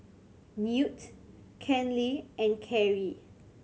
Newt Kenley and Kerrie